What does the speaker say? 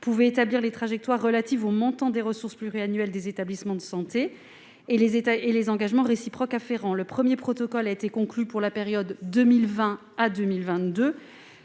puisse établir les trajectoires relatives au montant des ressources pluriannuelles de ces établissements et les engagements réciproques afférents. Le premier protocole a été conclu pour la période allant de 2020